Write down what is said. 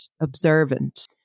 observant